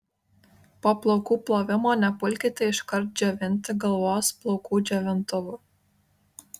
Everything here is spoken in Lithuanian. po plaukų plovimo nepulkite iškart džiovinti galvos plaukų džiovintuvu